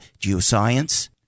geoscience